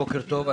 בוקר טוב.